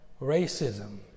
racism